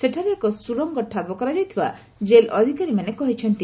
ସେଠାରେ ଏକ ସୁଡ଼ଙ୍ଗ ଠାବ କରାଯାଇଥିବା ଜେଲ୍ ଅଧିକାରୀମାନେ କହିଛନ୍ତି